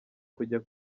kujya